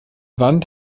wand